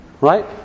right